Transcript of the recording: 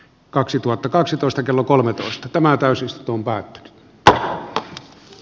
kaksituhattakaksitoista kello kolmetoista tämä keskustelun kautta